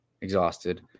exhausted